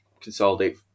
consolidate